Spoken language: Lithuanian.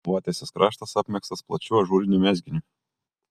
lovatiesės kraštas apmegztas plačiu ažūriniu mezginiu